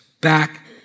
back